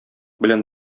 белән